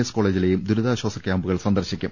S കോളേജിലെയും ദുരിതാശ്വാസക്യാമ്പുകൾ സന്ദർശിക്കും